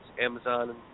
Amazon